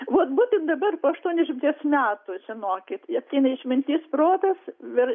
vat būtent dabar po aštuoniasdešimties metų žinokit ateina išmintis protas ir